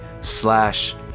slash